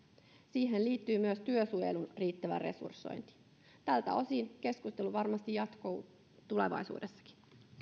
siihen liittyy myös työsuojelun riittävä resursointi tältä osin keskustelu varmasti jatkuu tulevaisuudessakin